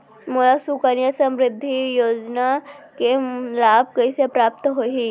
मोला सुकन्या समृद्धि योजना के लाभ कइसे प्राप्त होही?